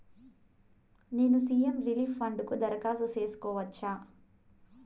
నేను CM relief fund కు దరఖాస్తు సేసుకోవచ్చా?